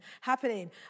happening